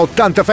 80